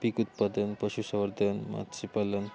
पीक उत्पादन पशुसंवर्धन मच्छीपालन